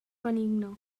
benigne